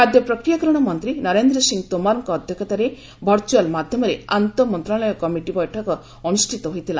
ଖାଦ୍ୟ ପ୍ରକ୍ରିୟାକରଣ ମନ୍ତ୍ରୀ ନରେନ୍ଦ୍ର ସିଂହ ତୋମରଙ୍କ ଅଧ୍ୟକ୍ଷତାରେ ଭର୍ଚ୍ଚଆଲ୍ ମାଧ୍ୟମରେ ଆନ୍ତଃ ମନ୍ତ୍ରଶାଳୟ କମିଟି ବୈଠକ ଅନୁଷ୍ଠିତ ହୋଇଥିଲା